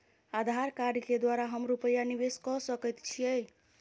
आधार कार्ड केँ द्वारा हम रूपया निवेश कऽ सकैत छीयै?